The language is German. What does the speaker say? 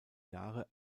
jahre